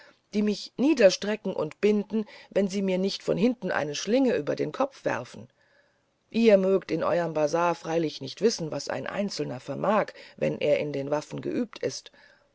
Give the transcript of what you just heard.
die mich niederstrecken und binden wenn sie mir nicht von hinten eine schlinge über den kopf werfen ihr mögt in eurem bazar freilich nicht wissen was ein einzelner vermag wenn er in den waffen geübt ist